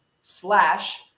slash